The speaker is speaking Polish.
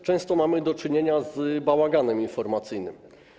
Często mamy do czynienia z bałaganem informacyjnym.